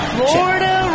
Florida